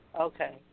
Okay